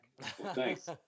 thanks